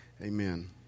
amen